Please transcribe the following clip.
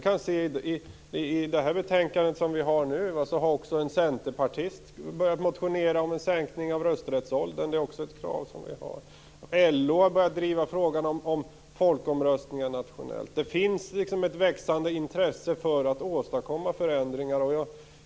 Av det betänkande som nu debatteras framgår att en centerpartist har motionerat om en sänkning av rösträttsåldern. Det är också ett krav som vi har. LO har börjat driva frågan om nationella folkomröstningar. Det finns alltså ett växande intresse för att åstadkomma förändringar.